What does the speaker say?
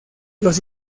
los